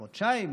חודשיים,